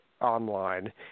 online